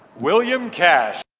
william cash,